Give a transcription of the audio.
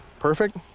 perfect?